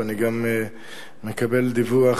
ואני גם מקבל דיווח